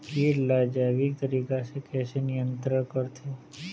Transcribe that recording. कीट ला जैविक तरीका से कैसे नियंत्रण करथे?